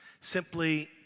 simply